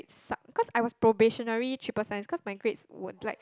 suck cause I was probationary triple science cause my grades were like